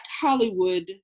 Hollywood